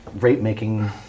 rate-making